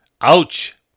Ouch